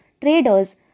traders